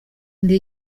ndi